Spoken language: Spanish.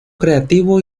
creativo